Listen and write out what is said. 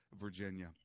Virginia